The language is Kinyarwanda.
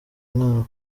mwana